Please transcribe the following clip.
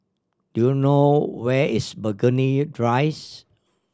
do you know where is Burgundy